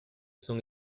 son